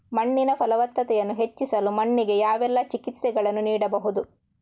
ಮಣ್ಣಿನ ಫಲವತ್ತತೆಯನ್ನು ಹೆಚ್ಚಿಸಲು ಮಣ್ಣಿಗೆ ಯಾವೆಲ್ಲಾ ಚಿಕಿತ್ಸೆಗಳನ್ನು ನೀಡಬಹುದು?